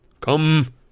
Come